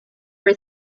were